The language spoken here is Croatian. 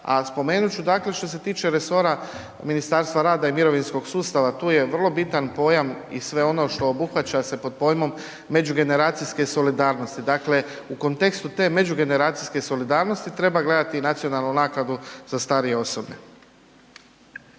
A spomenut ću, dakle što se tiče resora Ministarstva rada i mirovinskog sustava, tu je vrlo bitan pojam i sve ono što obuhvaća se pod pojmom međugeneracijske solidarnosti. Dakle, u kontekstu te međugeneracijske solidarnosti treba gledati i nacionalnu naknadu za starije osobe.